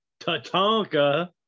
Tatanka